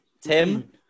Tim